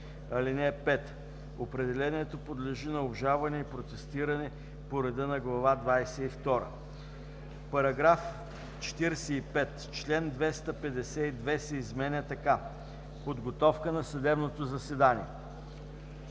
(5) Определението подлежи на обжалване и протестиране по реда на глава двадесет и втора.“ § 45. Член 252 се изменя така: „Подготовка на съдебното заседание